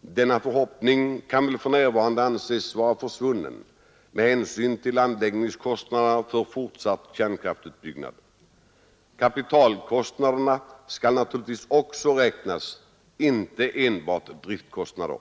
Denna förhoppning kan väl för närvarande anses vara försvunnen med hänsyn till anläggningskostnaderna för fortsatt kärnkraftsutbyggnad. Kapitalkostnaderna skall naturligtvis också räknas, inte enbart driftkostnader.